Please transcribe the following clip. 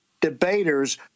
debaters